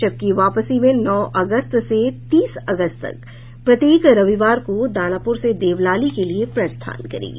जबकि वापसी में नौ अगस्त से तीस अगस्त तक प्रत्येक रविवार को दानापुर से देवलाली के लिए प्रस्थान करेगी